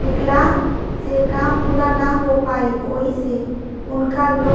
विकलांक से काम पूरा ना हो पाई ओहि से उनका लो